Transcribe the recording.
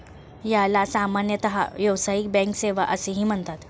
याला सामान्यतः व्यावसायिक बँक सेवा असेही म्हणतात